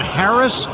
harris